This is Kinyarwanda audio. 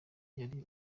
yari